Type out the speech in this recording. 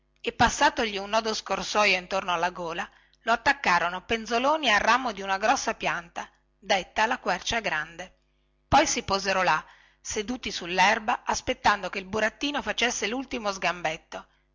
e passatogli un nodo scorsoio intorno alla gola lo attaccarono penzoloni al ramo di una grossa pianta detta la quercia grande poi si posero là seduti sullerba aspettando che il burattino facesse lultimo sgambetto